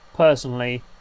personally